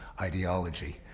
ideology